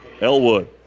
Elwood